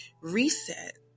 reset